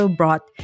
brought